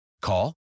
Call